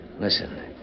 Listen